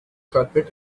carpet